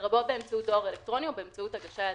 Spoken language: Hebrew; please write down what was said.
לרבות באמצעות דואר אלקטרוני או באמצעות הגשה ידנית,